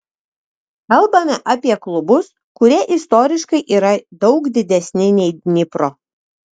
kalbame apie klubus kurie istoriškai yra daug didesni nei dnipro